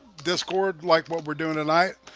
discord like what we're doing tonight